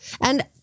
And-